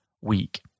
week